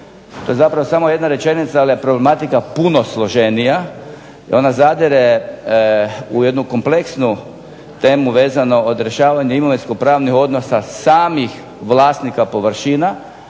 to je zapravo samo jedna rečenica, ali je problematika puno složenija, jer ona zadire u jednu kompleksnu temu vezano od rješavanja imovinskopravnih odnosa samih vlasnika površina,